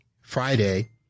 Friday